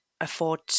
afford